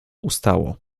ustało